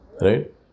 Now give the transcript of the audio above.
Right